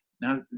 Now